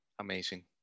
Amazing